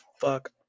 fuck